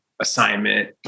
assignment